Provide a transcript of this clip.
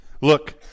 Look